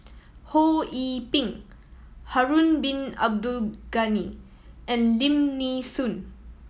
Ho Yee Ping Harun Bin Abdul Ghani and Lim Nee Soon